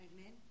Amen